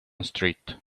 street